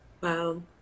Wow